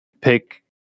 Pick